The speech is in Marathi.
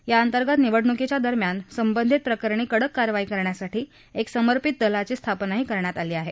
या अंतर्गत निवडण्कीच्या दरम्यान संबंधित प्रकरणी कडक कारवाई करण्यासाठी एक समर्पित दलाची स्थापनाही करण्यात आली आहे